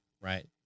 right